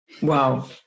Wow